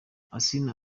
asinah